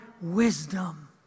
wisdom